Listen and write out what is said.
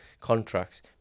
contracts